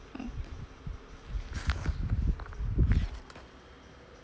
mm